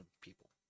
people